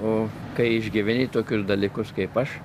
o kai išgyveni tokius dalykus kaip aš